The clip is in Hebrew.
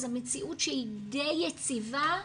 זו מציאות שהיא די יציבה,